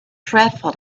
dreadful